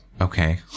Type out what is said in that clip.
okay